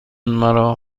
مرا